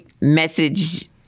message